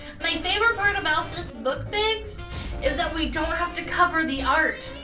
my favorite part about this book biggs is that we don't have to cover the art.